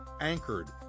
Anchored